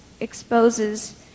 exposes